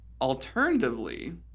Alternatively